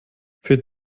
für